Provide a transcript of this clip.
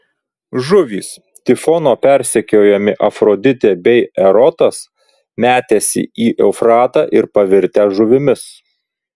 žuvys tifono persekiojami afroditė bei erotas metęsi į eufratą ir pavirtę žuvimis